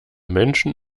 menschen